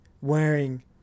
wearing